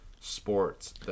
sports